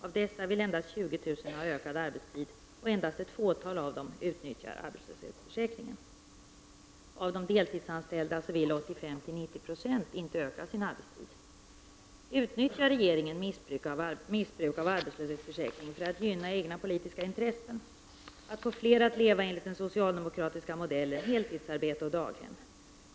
Av dessa vill endast 20 000 ha ökad arbetstid. Endast ett fåtal av dessa utnyttjar arbetslöshetsförsäkringen. Av de deltidsanställda vill 85—90 9 inte öka sin arbetstid. Utnyttjar regeringen missbruk av arbetslöshetsförsäkringen för att gynna egna politiska intressen, dvs. att få flera att leva enligt den socialdemokratiska modellen, heltidsarbete och daghem?